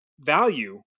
value